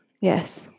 Yes